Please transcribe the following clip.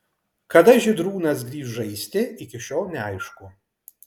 kada žydrūnas grįš žaisti iki šiol neaišku